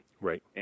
Right